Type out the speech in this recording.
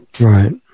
Right